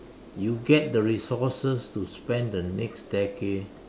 you get the resources to spend the next decade